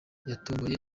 yatomboye